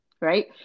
Right